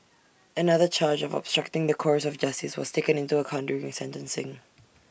another charge of obstructing the course of justice was taken into account during A sentencing